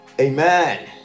amen